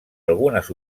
algunes